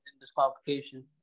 disqualification